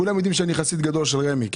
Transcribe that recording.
כולם יודעים שאני חסיד גדול של רמ"י.